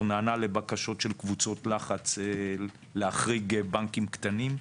נענה לבקשות של קבוצות לחץ להחריג בנקים קטנים,